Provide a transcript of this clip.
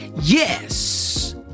yes